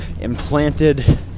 implanted